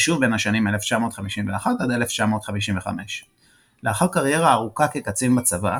ושוב בין השנים 1951–1955. לאחר קריירה ארוכה כקצין בצבא,